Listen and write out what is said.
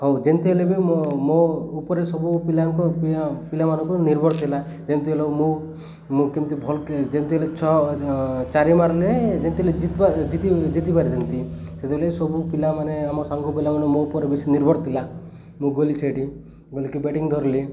ହଉ ଯେମତି ହେଲେ ବି ମୋ ମୋ ଉପରେ ସବୁ ପିଲାଙ୍କ ପିଲାମାନଙ୍କୁ ନିର୍ଭର ଥିଲା ଯେମିତି ହେଲେ ମୁଁ ମୁଁ କେମିତି ଭଲ୍ ଯେମିତି ହେଲେ ଛଅ ଚାରି ମାରିଲେ ଯେମିତି ହେଲେ ଜ ଜିତିପାରେ ଜିତିବାର ଯେମିତି ସେତେବେଲେ ସବୁ ପିଲାମାନେ ଆମ ସାଙ୍ଗ ପିଲାମାନେ ମୋ ଉପରେ ବେଶୀ ନିର୍ଭର ଥିଲା ମୁଁ ଗଲି ସେଇଠି ଗଲିକି ବ୍ୟାଟିଂ ଧରଲି